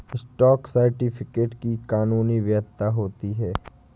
stock certificate की कानूनी वैधता होती है